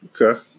Okay